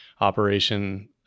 operation